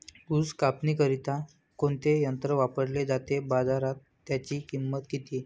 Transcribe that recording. ऊस कापणीकरिता कोणते यंत्र वापरले जाते? बाजारात त्याची किंमत किती?